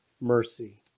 mercy